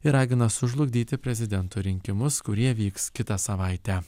ir ragina sužlugdyti prezidento rinkimus kurie vyks kitą savaitę